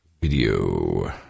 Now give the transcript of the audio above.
Video